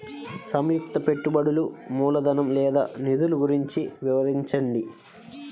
సంయుక్త పెట్టుబడులు మూలధనం లేదా నిధులు గురించి వివరించండి?